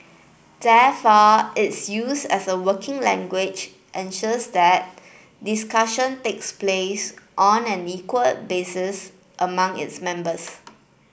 therefore its use as a working language ensures that discussion takes place on an equal basis among its members